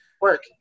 Work